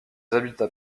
habitats